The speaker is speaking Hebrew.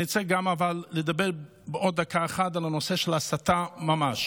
אבל אני רוצה גם לדבר עוד דקה אחת על הנושא של הסתה ממש.